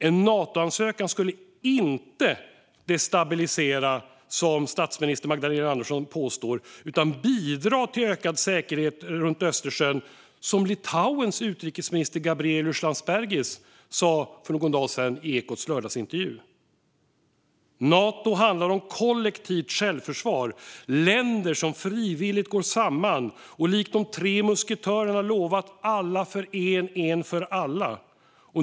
En Natoansökan skulle inte destabilisera, som statsminister Magdalena Andersson påstår, utan bidra till ökad säkerhet runt Östersjön, som Litauens utrikesminister Gabrielius Landsbergis sa för någon dag sedan i Ekots lördagsintervju . Nato handlar om kollektivt självförsvar och länder som frivilligt gått samman och likt de tre musketörerna lovat "alla för en, en för alla".